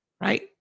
right